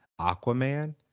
Aquaman